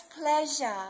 pleasure